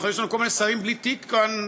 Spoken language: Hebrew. יש לנו כל מיני שרים בלי תיק כאן,